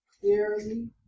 clearly